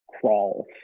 crawls